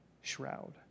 shroud